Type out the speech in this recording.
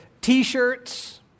t-shirts